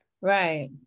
Right